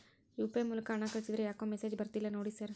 UPI ಮೂಲಕ ಹಣ ಕಳಿಸಿದ್ರ ಯಾಕೋ ಮೆಸೇಜ್ ಬರ್ತಿಲ್ಲ ನೋಡಿ ಸರ್?